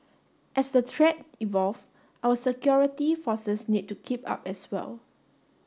as the threat evolve our security forces need to keep up as well